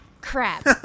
Crap